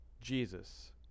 Jesus